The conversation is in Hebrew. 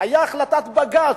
היתה החלטת בג"ץ,